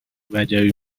وجبی